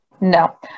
No